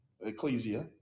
Ecclesia